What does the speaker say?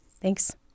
Thanks